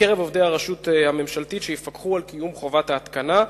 מקרב עובדי הרשות הממשלתית שיפקחו על קיום חובת ההתקנה,